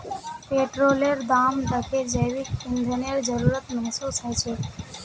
पेट्रोलेर दाम दखे जैविक ईंधनेर जरूरत महसूस ह छेक